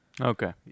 Okay